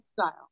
style